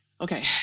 Okay